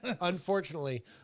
unfortunately